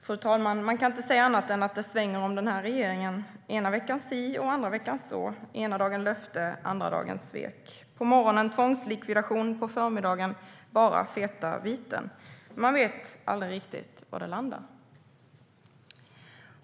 Fru talman! Man kan inte säga annat än att det svänger om regeringen - ena veckan si och andra veckan så, ena dagen löfte och andra dagen svek, på morgonen tvångslikvidation och på förmiddagen bara feta viten. Man vet aldrig riktigt var det landar.